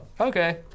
okay